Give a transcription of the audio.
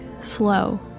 slow